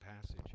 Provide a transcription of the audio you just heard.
passage